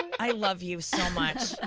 i love you so much.